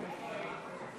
משרד הכלכלה,